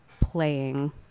playing